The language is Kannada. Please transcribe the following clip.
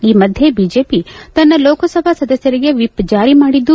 ಈ ಮಧ್ಯೆ ಬಿಜೆಪಿ ತನ್ನ ಲೋಕಸಭಾ ಸದಸ್ನರಿಗೆ ವಿವ್ ಜಾರಿ ಮಾಡಿದ್ದು